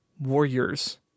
Warriors